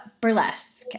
burlesque